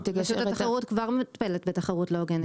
רשות התחרות כבר מטפלת בתחרות לא הוגנת.